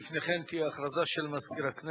לפני כן תהיה הכרזה של מזכיר הכנסת.